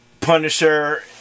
Punisher